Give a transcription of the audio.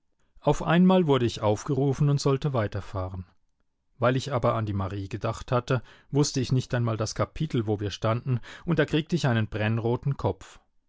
auf einmal wurde ich aufgerufen und sollte weiterfahren weil ich aber an die marie gedacht hatte wußte ich nicht einmal das kapitel wo wir standen und da kriegte ich einen brennroten kopf